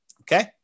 Okay